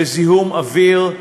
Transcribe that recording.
בזיהום אוויר,